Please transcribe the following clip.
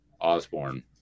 Osborne